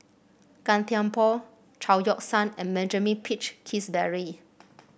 Gan Thiam Poh Chao Yoke San and Benjamin Peach Keasberry